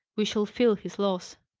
we shall feel his loss!